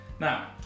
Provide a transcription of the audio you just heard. Now